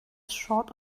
short